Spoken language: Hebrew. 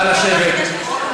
נא לשבת.